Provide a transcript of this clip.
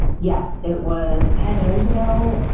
yes. it was ten years ago.